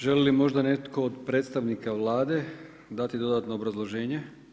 Želi li možda netko od predstavnika Vlade, dati dodatno obrazloženje?